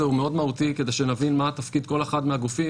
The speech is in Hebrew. הוא מאוד מהותי כדי שנבין מה תפקיד כל אחד מהגופים